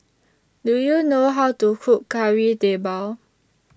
Do YOU know How to Cook Kari Debal